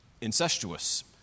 incestuous